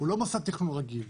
הוא לא מוסד תכנון רגיל.